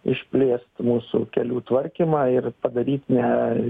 išplėst mūsų kelių tvarkymą ir padaryt ne